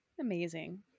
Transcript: Amazing